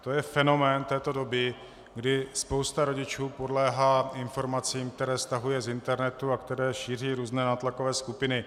To je fenomén této doby, kdy spousta rodičů podléhá informacím, které stahuje z internetu a které šíří různé nátlakové skupiny.